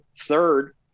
third